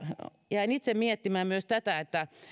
jäin itse miettimään myös sitä että